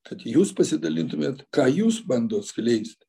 kad jūs pasidalintumėt ką jūs bandot skleist